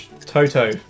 Toto